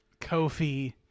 Kofi